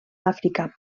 àfrica